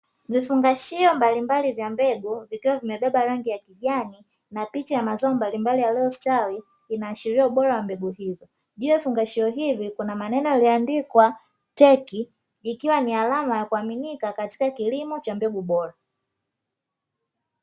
Vifungashio mbalimbali vya mbegu, vikiwa vimebeba rangi ya kijani na picha ya mazao mbalimbali yaliyostawi inaashiria ubora wa mbegu hizo. Juu ya vifungashio hivi kuna maneno yaliyoandikwa teki ikiwa ni alama ya kuaminika katika kilimo cha mbegu bora.